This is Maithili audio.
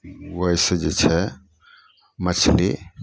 ओहिसँ जे छै मछली